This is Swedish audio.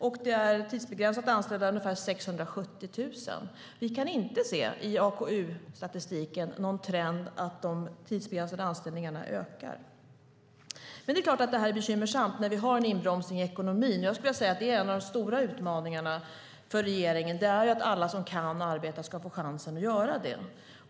Antalet tidsbegränsat anställda är ungefär 670 000 personer. I AKU-statistiken kan vi inte se någon trend när det gäller att de tidsbegränsade anställningarna ökar. Men det är klart att det här är bekymmersamt nu när vi har en inbromsning i ekonomin. Jag skulle vilja säga att en av regeringens stora utmaningar är att se till att alla som kan arbeta också ska få chansen att göra det.